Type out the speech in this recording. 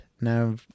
now